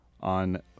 on